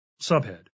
Subhead